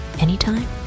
Anytime